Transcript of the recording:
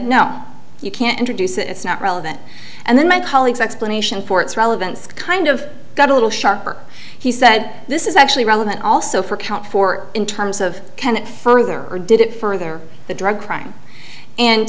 no you can't introduce it it's not relevant and then my colleagues explanation for its relevance kind of got a little sharper he said this is actually relevant also for count four in terms of can it further or did it further the drug crime and